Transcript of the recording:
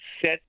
set